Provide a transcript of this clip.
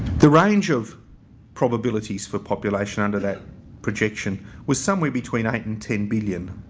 the range of probabilities for population under that projection was somewhere between eight and ten billion.